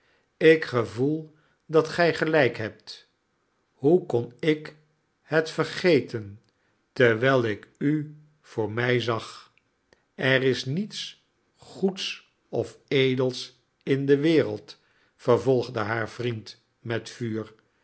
ik gevoel dat gij gelijk hebt hoe kon ik het vergeten terwijl ik u voor mij zag i er is niets goeds of edels in de wereld vervolgde haar vriend met vuur